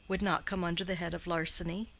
would not come under the head of larceny.